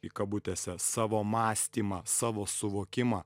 į kabutėse savo mąstymą savo suvokimą